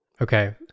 okay